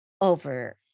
over